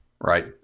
Right